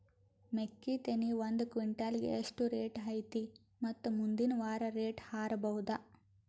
ಮೆಕ್ಕಿ ತೆನಿ ಒಂದು ಕ್ವಿಂಟಾಲ್ ಗೆ ಎಷ್ಟು ರೇಟು ಐತಿ ಮತ್ತು ಮುಂದಿನ ವಾರ ರೇಟ್ ಹಾರಬಹುದ?